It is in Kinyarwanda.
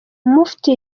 mufti